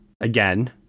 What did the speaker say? again